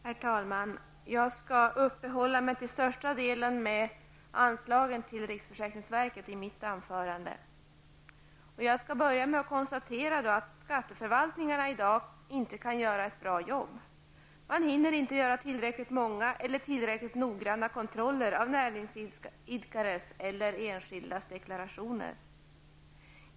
Herr talman! Jag skall i mitt anförande till största delen uppehålla mig vid anslagen till riksförsäkringsverket. Jag börjar med att konstatera att skatteförvaltningarna inte kan göra ett bra jobb i dag. Man hinner inte göra tillräckligt många eller tillräckligt noggranna kontroller av näringsidkares och enskildas deklarationer.